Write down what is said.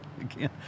again